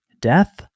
death